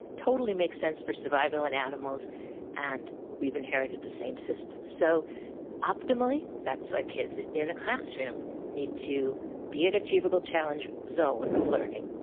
totally makes sense for survival in animals and we've inherited the same system. so optimally that's why kids in a classroom need to be at an achievable challenge zone of learning,